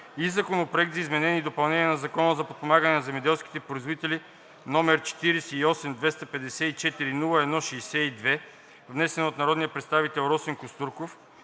и Законопроект за изменение и допълнение на Закона за подпомагане на земеделските производители, № 48-254-01-62, внесен от народния представител Росен Костурков